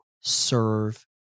serve